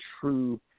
true